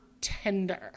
tender